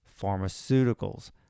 pharmaceuticals